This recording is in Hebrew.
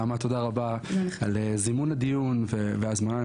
חברת הכנסת נעמה תודה רבה על זימון הדיון וההזמנה.